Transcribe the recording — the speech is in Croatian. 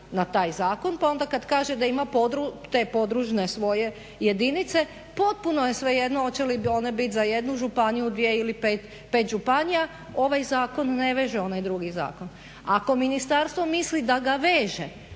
na taj zakon pa onda kad kaže da ima te podružne svoje jedinice potpuno je svejedno hoće li one biti za jednu županiju, dvije ili pet županija, ovaj zakon ne veže onaj drugi zakon. Ako ministarstvo misli da ga veže